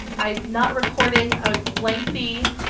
i'm not recording a lengthy,